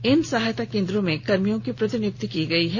इन सहायता केंद्रों में कर्मियों की प्रतिनियुक्ति की गई है